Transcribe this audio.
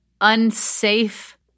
unsafe